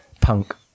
punk